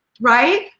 Right